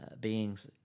beings